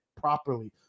properly